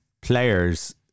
players